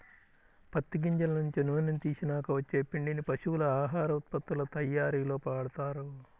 పత్తి గింజల నుంచి నూనెని తీసినాక వచ్చే పిండిని పశువుల ఆహార ఉత్పత్తుల తయ్యారీలో వాడతారు